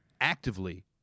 actively